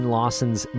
Lawson's